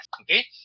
okay